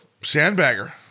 sandbagger